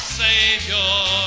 savior